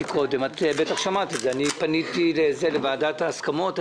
אמרתי קודם, בטח שמעת, פניתי לוועדת ההסכמות.